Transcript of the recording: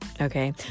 Okay